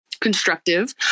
constructive